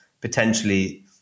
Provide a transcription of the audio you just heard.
potentially